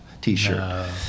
t-shirt